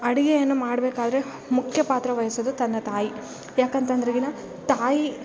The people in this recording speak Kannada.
ಅಡುಗೆಯನ್ನ ಮಾಡಬೇಕಾದ್ರೆ ಮುಖ್ಯ ಪಾತ್ರವಹಿಸೋದು ತನ್ನ ತಾಯಿ ಯಾಕಂತಂದ್ರೆಗಿನ ತಾಯಿ